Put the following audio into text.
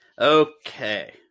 Okay